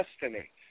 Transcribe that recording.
destiny